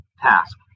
task